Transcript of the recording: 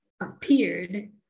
appeared